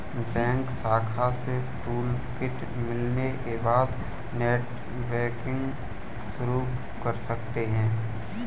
bank शाखा से toolkit मिलने के बाद नेटबैंकिंग शुरू कर सकते है